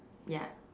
ya